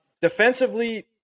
Defensively